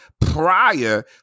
prior